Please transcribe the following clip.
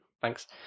Thanks